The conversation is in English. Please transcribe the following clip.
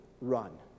run